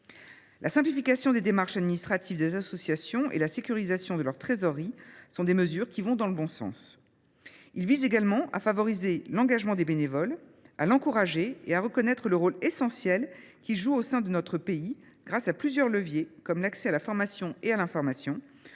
La simplification des démarches administratives des associations et la sécurisation de leur trésorerie sont donc des mesures qui vont dans le bon sens. Cette proposition de loi vise également à favoriser l’engagement des bénévoles, à l’encourager et à reconnaître le rôle essentiel que ceux ci jouent au sein de notre pays, grâce à plusieurs leviers, comme l’accès à la formation et à l’information,